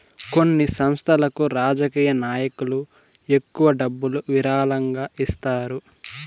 కొన్ని సంస్థలకు రాజకీయ నాయకులు ఎక్కువ డబ్బులు విరాళంగా ఇస్తారు